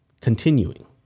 continuing